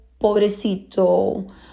pobrecito